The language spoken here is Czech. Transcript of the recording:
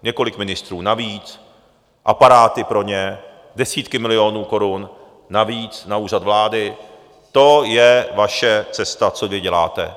Několik ministrů navíc, aparáty pro ně, desítky milionů korun navíc na Úřad vlády, to je vaše cesta, co vy děláte.